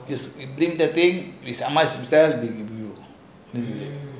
bring setting how much you sell